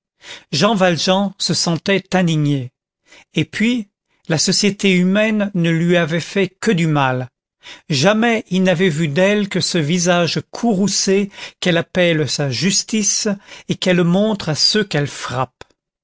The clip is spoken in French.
jean valjean se sentait indigné et puis la société humaine ne lui avait fait que du mal jamais il n'avait vu d'elle que ce visage courroucé qu'elle appelle sa justice et qu'elle montre à ceux qu'elle frappe